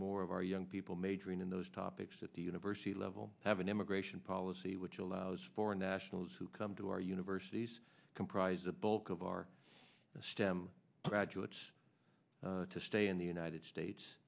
more of our young people majoring in those topics at the university level have an immigration policy which allows for nationals who come to our universities comprise the bulk of our stem graduates to stay in the united states